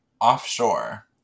Offshore